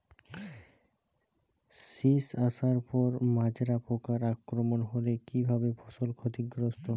শীষ আসার পর মাজরা পোকার আক্রমণ হলে কী ভাবে ফসল ক্ষতিগ্রস্ত?